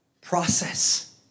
process